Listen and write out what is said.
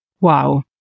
Wow